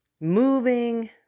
moving